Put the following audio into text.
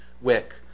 wick